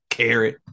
Carrot